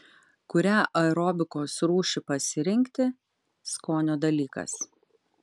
kurią aerobikos rūšį pasirinkti skonio dalykas